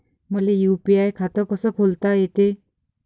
मले यू.पी.आय खातं कस खोलता येते?